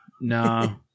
No